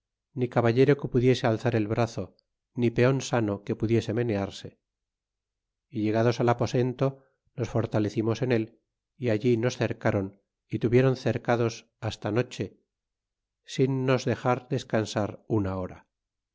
ni caballero que pudiese alzar el brazo ni peon salto que pudiese menearse y llegados al aposento nos fortalecimos en él y a lli nos cercaron y tua vieron cercados fasta noche sin nos dexar descansar una